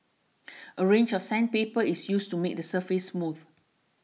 a range of sandpaper is used to make the surface smooth